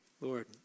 Lord